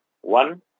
One